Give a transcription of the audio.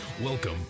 Welcome